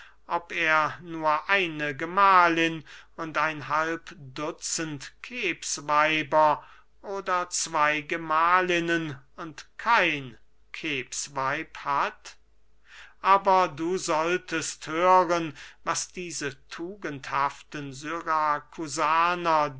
ob er nur eine gemahlin und ein halb dutzend kebsweiber oder zwey gemahlinnen und kein kebsweib hat aber du solltest hören was diese tugendhaften